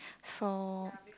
so